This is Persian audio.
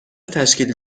تشکیل